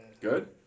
Good